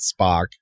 Spock